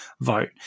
vote